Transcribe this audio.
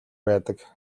байдаг